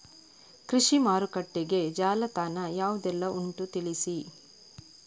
ಕೃಷಿ ಮಾರುಕಟ್ಟೆಗೆ ಜಾಲತಾಣ ಯಾವುದೆಲ್ಲ ಉಂಟು ತಿಳಿಸಿ